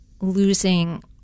losing